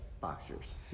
boxers